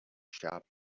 sharp